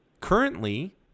Currently